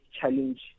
challenge